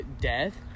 death